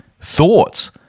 Thoughts